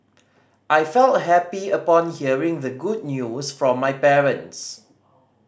I felt happy upon hearing the good news from my parents